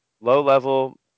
low-level